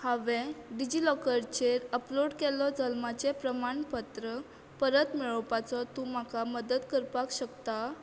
हांवें डिजी लॉकरचेर अपलोड केल्लें जल्माचें प्रमाणपत्र परत मेळोवपाक तूं म्हाका मदत करपाक शकता